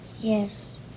Yes